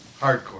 hardcore